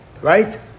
Right